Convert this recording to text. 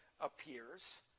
appears